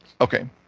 Okay